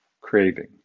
craving